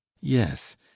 yes